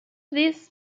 this